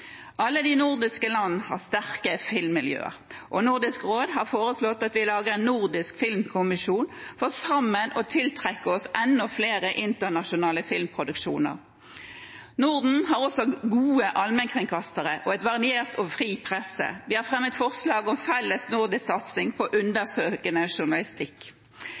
Alle de nordiske land har sterke filmmiljøer, og Nordisk råd har foreslått at vi lager en nordisk filmkommisjon for sammen å tiltrekke oss enda flere internasjonale filmproduksjoner. Norden har også gode allmennkringkastere og en variert og fri presse. Vi har fremmet forslag om felles nordisk satsing på undersøkende journalistikk.